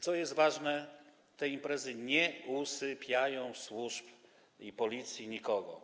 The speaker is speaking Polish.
Co jest ważne, te imprezy nie usypiają służb, Policji, nikogo.